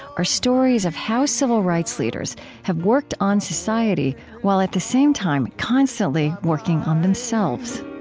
are stories of how civil rights leaders have worked on society while at the same time constantly working on themselves